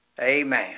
Amen